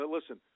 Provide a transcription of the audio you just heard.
Listen